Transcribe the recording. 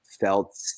felt